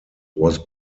was